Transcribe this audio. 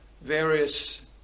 various